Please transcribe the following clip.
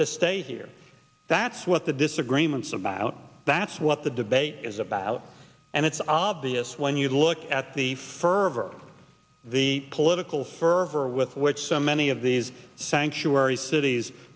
to stay here that's what the disagreements about that's what the debate is about and it's obvious when you look at the fervor the political server with which so many of these sanctuary cities